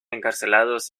encarcelados